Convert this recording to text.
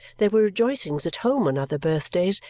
there were rejoicings at home on other birthdays,